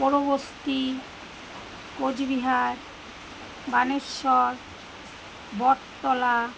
পৌরবস্তি Coochbehar Baneswar Battala